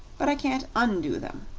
but i can't undo them.